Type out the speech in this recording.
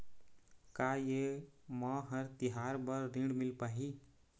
का ये म हर तिहार बर ऋण मिल पाही?